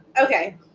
Okay